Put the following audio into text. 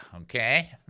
Okay